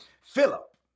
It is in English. Philip